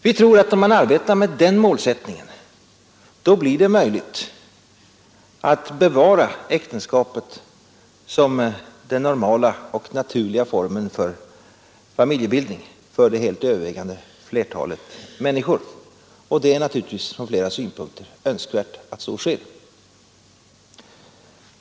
Vi tror att om man arbetar med den målsättningen, blir det möjligt att bevara äktenskapet som den normala och naturliga formen för familjebildning för det helt övervägande flertalet människor. Det är naturligtvis från flera synpunkter önskvärt att så sker.